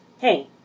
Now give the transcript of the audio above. Hey